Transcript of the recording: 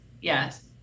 Yes